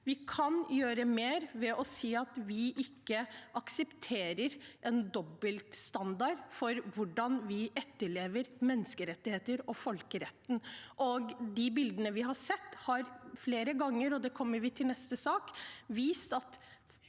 Vi kan gjøre mer ved å si at vi ikke aksepterer en dobbeltstandard for hvordan vi etterlever menneskerettigheter og folkeretten. De bildene vi har sett, har flere ganger – og det kommer vi til i neste sak – vist at